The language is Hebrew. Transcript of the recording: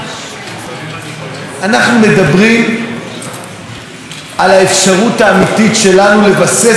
אנחנו מדברים על האפשרות האמיתית שלנו לבסס את ישראל כמדינה